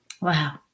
Wow